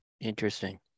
Interesting